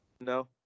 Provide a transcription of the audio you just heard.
No